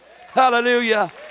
hallelujah